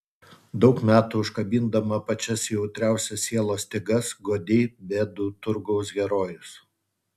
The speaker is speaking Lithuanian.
daug metų užkabindama pačias jautriausias sielos stygas guodei bėdų turgaus herojus